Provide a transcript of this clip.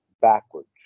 backwards